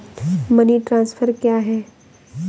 Money transfer क्या है?